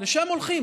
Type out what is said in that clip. לשם הולכים,